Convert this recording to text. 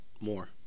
More